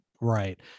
Right